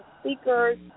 speakers